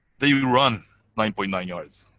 they run nine point nine yards.